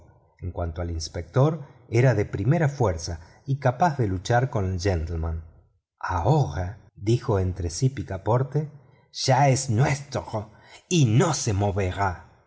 en cuanto al inspector era de primera fuerza y capaz de luchar con el gentleman ahora dijo entre sí picaporte ya es nuestro y no se moverá